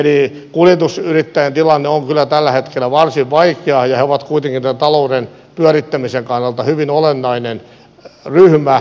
eli kuljetusyrittäjien tilanne on kyllä tällä hetkellä varsin vaikea ja he ovat kuitenkin tämän talouden pyörittämisen kannalta hyvin olennainen ryhmä